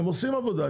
הם עושים עבודה,